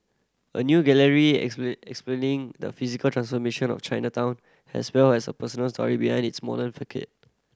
a new gallery explain explaining the physical transformation of Chinatown as well as personal story behind its modern